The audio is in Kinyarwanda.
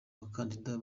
bakandida